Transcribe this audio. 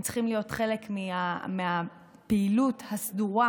הם צריכים להיות חלק מהפעילות הסדורה,